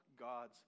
God's